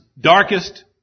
darkest